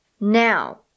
now